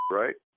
right